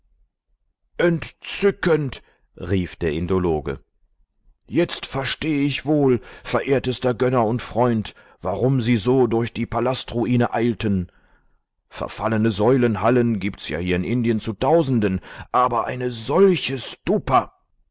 entzückend rief der indologe jetzt verstehe ich wohl verehrtester gönner und freund warum sie so durch die palastruine eilten verfallene säulenhallen gibt's ja hier in indien zu tausenden aber eine solche